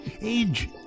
Age